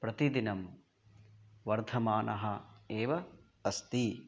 प्रतिदिनं वर्धमानः एव अस्ति